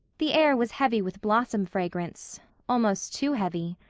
the air was heavy with blossom fragrance almost too heavy.